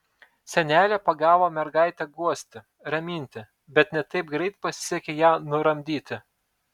senelė pagavo mergaitę guosti raminti bet ne taip greit pasisekė ją nuramdyti